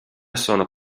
sono